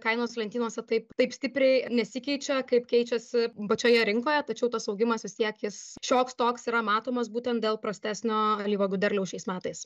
kainos lentynose taip taip stipriai nesikeičia kaip keičiasi pačioje rinkoje tačiau tas augimas vis tiek jis šioks toks yra matomas būtent dėl prastesnio alyvuogių derliaus šiais metais